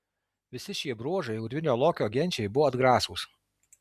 visi šie bruožai urvinio lokio genčiai buvo atgrasūs